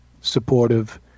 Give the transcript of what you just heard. supportive